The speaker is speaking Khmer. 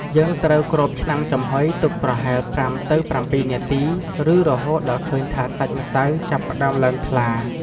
យើងត្រូវគ្របឆ្នាំងចំហុយទុកប្រហែល ៥ទៅ៧ នាទី ឬរហូតដល់ឃើញថាសាច់ម្សៅចាប់ផ្តើមឡើងថ្លា។